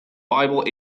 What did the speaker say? bible